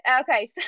okay